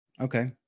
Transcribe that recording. Okay